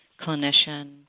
clinician